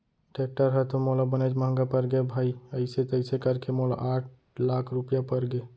tractor ह तो मोला बनेच महँगा परगे भाई अइसे तइसे करके मोला आठ लाख रूपया परगे